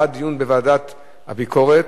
בעד דיון בוועדת הביקורת,